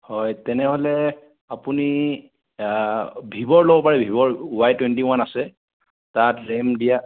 হয় তেনেহ'লে আপুনি ভিভ'ৰ ল'ব পাৰে ভিভ'ৰ ৱাই টুৱেণ্টি ওৱান আছে তাত ৰেম